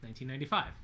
1995